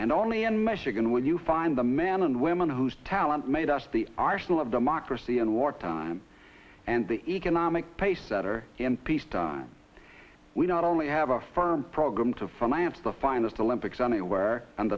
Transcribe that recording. and only in michigan when you find the man and women whose talent made us the arsenal of democracy in wartime and the economic pace setter in peacetime we not only have a firm program to finance the finest the lympics unaware and